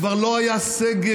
כבר לא היה סגר.